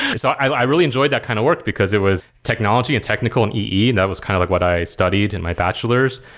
i so i really enjoyed that kind of work, because it was technology and technical and ee, and that was kind of like what i studied in my bachelors.